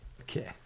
okay